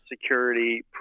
security